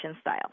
style